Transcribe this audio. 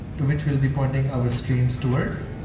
to which we'll be pointing our streams towards,